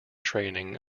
training